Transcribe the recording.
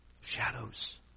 Shadows